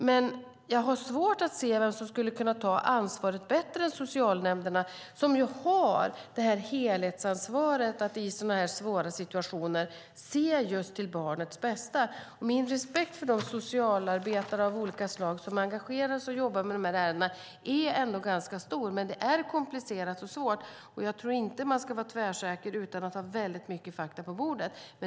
Men jag har svårt att se vem som skulle kunna ta ansvaret bättre än socialnämnderna, som ju har helhetsansvaret för att i sådana här svåra situationer se just till barnets bästa. Min respekt för de socialarbetare av olika slag som engagerar sig i och jobbar med dessa ärenden är ganska stor, men detta är komplicerat och svårt. Jag tror inte att man ska vara tvärsäker utan att ha väldigt mycket fakta på bordet.